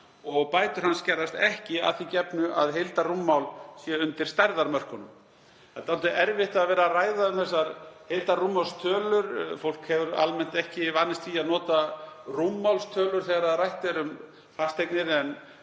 og bætur hans skerðast ekki, að því gefnu að heildarrúmmál sé undir stærðarmörkunum. Það er dálítið erfitt að vera að ræða um þessar heildarrúmmálstölur. Fólk hefur almennt ekki vanist því að nota rúmmálstölur þegar rætt er um fasteignir en